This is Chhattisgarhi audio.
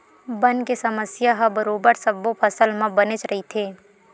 बन के समस्या ह बरोबर सब्बो फसल म बनेच रहिथे